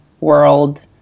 world